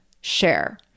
share